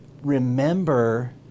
remember